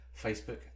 Facebook